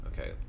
okay